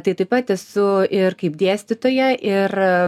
tai taip pat esu ir kaip dėstytoja ir